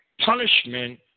punishment